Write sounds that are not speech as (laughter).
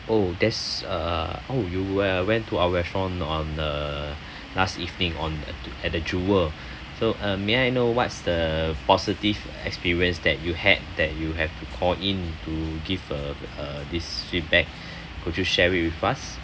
oh there's a oh you uh went to our restaurant on the last evening on at the jewel so uh may I know what's the positive experience that you had that you have to call in to give uh uh this feedback (breath) could you share it with us